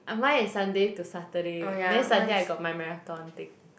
ah mine is Sunday to Saturday then Sunday I got my marathon thing